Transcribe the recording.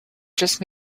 just